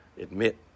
admit